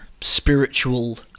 spiritual